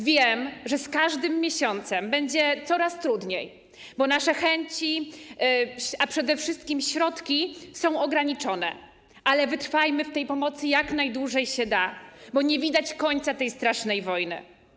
Wiem, że z każdym miesiącem będzie coraz trudniej, bo nasze chęci, a przede wszystkim środki, są ograniczone, ale wytrwajmy w tej pomocy, jak najdłużej się da, bo nie widać końca tej strasznej wojny.